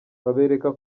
babereka